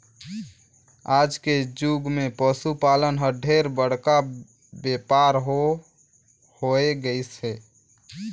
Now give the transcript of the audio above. आज के जुग मे पसु पालन हर ढेरे बड़का बेपार हो होय गईस हे